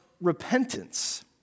repentance